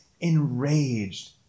enraged